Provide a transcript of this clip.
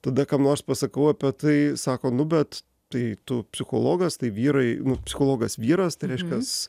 tada kam nors pasakau apie tai sako nu bet tai tu psichologas tai vyrai psichologas vyras tai reiškias